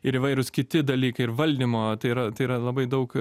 ir įvairūs kiti dalykai ir valdymo tai yra tai yra labai daug